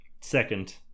second